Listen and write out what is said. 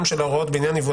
בוקר טוב לכולם.